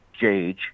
Jage